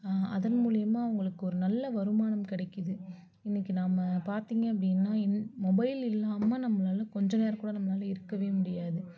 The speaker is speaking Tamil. அதன் மூலயமா அவங்களுக்கு ஒரு நல்ல வருமானம் கிடைக்குது இன்றைக்கி நம்ம பார்த்திங்க அப்படின்னா இன் மொபைல் இல்லாமல் நம்மளால் கொஞ்சம் நேரம் கூட நம்மளால் இருக்கவே முடியாது